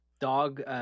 Dog